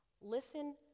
Listen